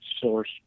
source